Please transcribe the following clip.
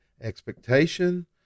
expectation